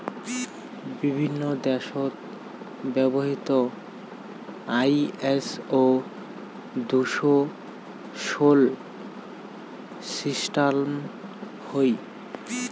বিভিন্ন দ্যাশত ব্যবহৃত আই.এস.ও দুশো ষোল সিস্টাম হই